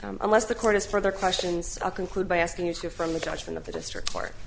t unless the court is further questions i conclude by asking you to from the judgment of the district court